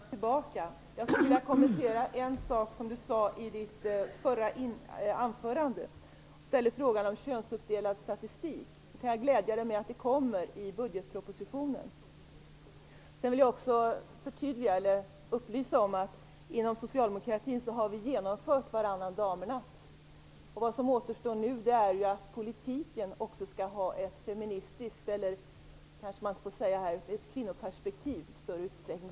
Fru talman! Jag tackar och önskar detsamma tillbaka. Jag skulle vilja kommentera en sak som Barbro Johansson sade i sitt förra anförande. Hon ställde frågan om könsuppdelad statistik. Jag kan glädja Barbro Johansson med att det kommer i budgetpropositionen. Jag vill också upplysa om att inom socialdemokratin har vi genomfört varannan damernas. Det som återstår nu är att politiken också i större utsträckning skall ha ett, man kanske inte får säga feministiskt, men ett kvinnoperspektiv.